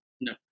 no